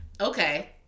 Okay